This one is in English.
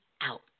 out